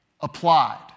applied